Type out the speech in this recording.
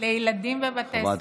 לילדים בבתי ספר.